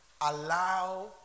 allow